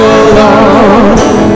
alone